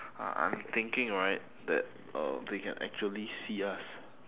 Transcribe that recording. ah I'm thinking that right that uh they can actually see us